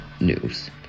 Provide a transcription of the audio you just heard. news